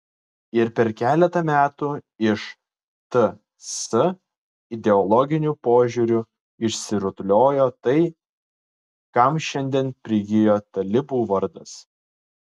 ir per keletą metų iš ts ideologiniu požiūriu išsirutuliojo tai kam šiandien prigijo talibų vardas